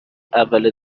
اول